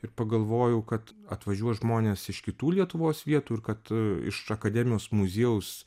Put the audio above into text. ir pagalvojau kad atvažiuos žmonės iš kitų lietuvos vietų ir kad iš akademijos muziejaus